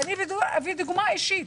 ואביא דוגמה אישית.